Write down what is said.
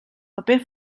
paper